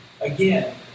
Again